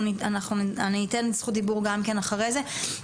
אני אתן זכות דיבור אחרי זה.